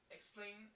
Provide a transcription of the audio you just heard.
Explain